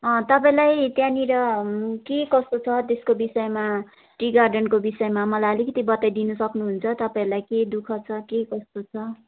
तपाईँलाई त्यहाँनिर के कस्तो छ त्यसको विषयमा टी गार्डनको विषयमा मलाई अलिकति बताइदिनु सक्नुहुन्छ तपाईँहरूलाई के दुःख छ के कस्तो छ